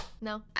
no